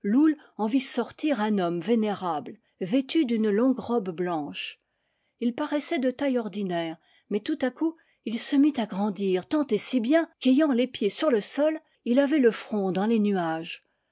en vit sortir un homme vénérable vêtu d'une longue robe blanche il parais sait de taille ordinaire mais tout à coup il se mit à grandir tant et si bien qu'ayant les pieds sur le sol il avait le front dans les nuages